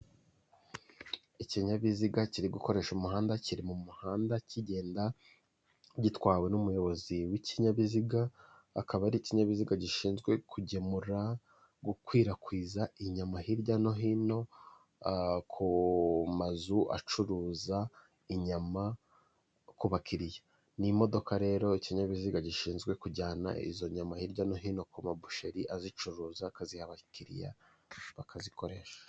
Ikinyabiziga kiri gukoresha umuhanda kiri mu muhanda kigenda gitwawe n'umuyobozi w'ikinyabiziga akaba ari ikinyabiziga gishinzwe kugemura gukwirakwiza inyama hirya no hino kumazu acuruza inyama ku bakiriya n'imodoka rero ikinyabiziga gishinzwe kujyana izo nyama hirya no hino kuma busheri azicuruza akaziha abakiriya bakazikoresha.